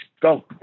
go